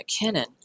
McKinnon